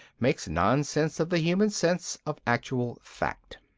makes nonsense of the human sense of actual fact.